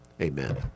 amen